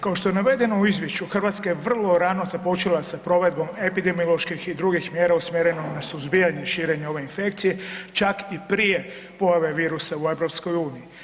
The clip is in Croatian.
Kao što je navedeno u izvješću Hrvatska je vrlo rano započela sa provedbom epidemioloških i drugih mjera usmjerenom na suzbijanje širenja ove infekcije čak i prije pojave virusa u EU.